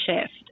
shift